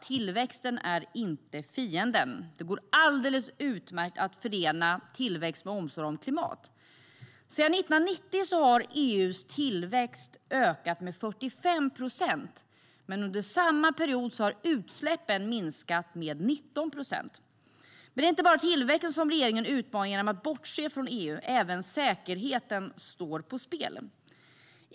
Tillväxten är inte fienden. Det går alldeles utmärkt att förena tillväxt med omsorg om klimatet. Sedan 1990 har EU:s tillväxt ökat med 45 procent. Under samma period har utsläppen minskat med 19 procent. Men det är inte bara tillväxten som regeringen utmanar genom att bortse från EU. Även säkerheten står på spel.